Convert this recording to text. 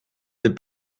des